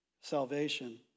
salvation